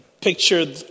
Picture